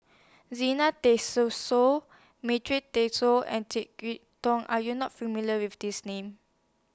Zena Madra Togh and Jek Yeun Thong Are YOU not familiar with These Names